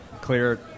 clear